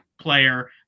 player